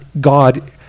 God